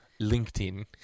LinkedIn